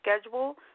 schedule